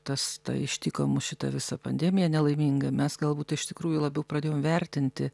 tas ištiko mus šita visa pandemija nelaiminga mes galbūt iš tikrųjų labiau pradėjom vertinti